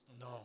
No